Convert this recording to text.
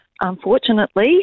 unfortunately